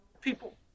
people